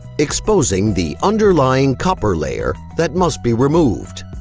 exposing the underlying copper layer that must be removed.